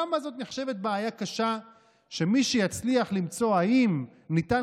למה זאת נחשבת בעיה קשה שמי שיצליח למצוא אם ניתן